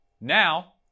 Now